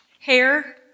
hair